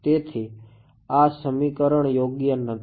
તેથી આ સમીકરણ યોગ્ય નથી